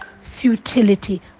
futility